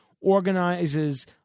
organizes